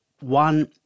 One-